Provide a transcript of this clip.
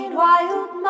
wild